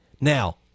Now